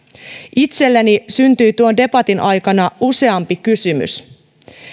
itselleni syntyi tuon debatin aikana useampi kysymys